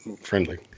friendly